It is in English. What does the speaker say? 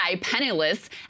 penniless